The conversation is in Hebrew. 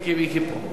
אין שר תורן?